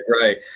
right